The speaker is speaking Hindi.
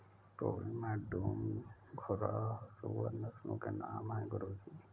पूर्णिया, डूम, घुर्राह सूअर नस्लों के नाम है गुरु जी